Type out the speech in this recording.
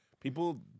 People